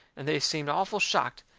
and they seemed awful shocked.